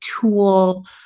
tool